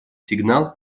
сигнал